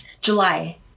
July